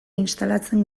instalatzen